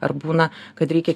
ar būna kad reikia